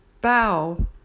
bow